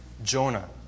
Jonah